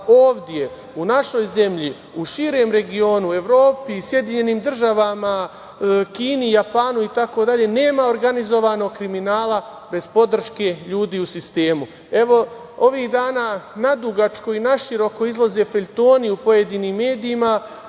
ovde, u našoj zemlji, u širem regionu, Evropi, SAD, Kini, Japanu itd, nema ogrganizovanog kriminalna bez podrške ljudi u sistemu. Ovih dana nadugačko i naširoko izlaze feljtoni u pojedinim medijima